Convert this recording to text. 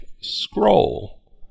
scroll